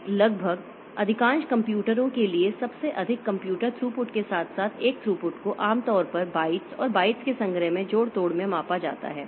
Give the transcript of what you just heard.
फिर लगभग अधिकांश कंप्यूटरों के लिए सबसे अधिक कंप्यूटर थ्रूपुट के साथ साथ एक थ्रूपुट को आमतौर पर बाइट्स और बाइट्स के संग्रह में जोड़ तोड़ में मापा जाता है